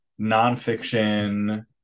nonfiction